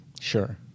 Sure